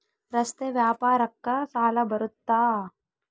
ರಸ್ತೆ ವ್ಯಾಪಾರಕ್ಕ ಸಾಲ ಬರುತ್ತಾ?